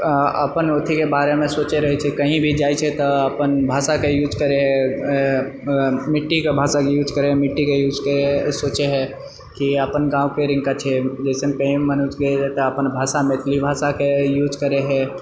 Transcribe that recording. अपन अथिके बारेमे सोचय रहए छै कही भी जाए छै तऽ अपन भाषाके यूज करए छै अपन मिट्टीके भाषाके यूज करए छै मिट्टीके सोचए हइ अपन गांँव कहाँ छै अपन भाषा अपन मैथिली यूज करए हइ